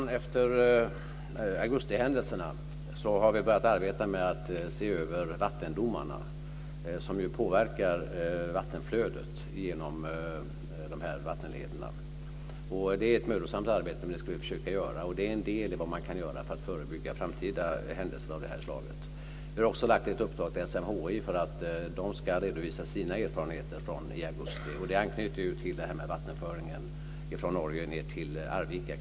Fru talman! Efter augustihändelserna har vi börjat arbeta med att se över vattendomarna som ju påverkar vattenflödet genom de här vattenlederna. Det är ett mödosamt arbete, men vi ska försöka göra det. Det är en del i det man kan göra för att förebygga framtida händelser av det här slaget. Vi har också lagt ett uppdrag till SMHI för att de ska redovisa sina erfarenheter från augusti. Det anknyter ju till detta med vattenföringen från Norge ned till Arvika.